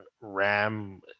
Ram